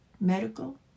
medical